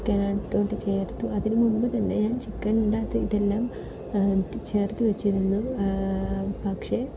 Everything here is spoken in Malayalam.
ചിക്കന് അകത്തോട്ട് ചേർത്ത് അതിന് മുൻപ് തന്നെ ഞാൻ ചിക്കൻ ചേർത്ത് വെച്ചിരുന്നു പക്ഷേ